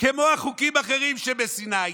כמו החוקים האחרים שבסיני.